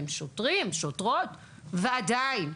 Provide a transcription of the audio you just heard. שוטרים ושוטרות ועדיין,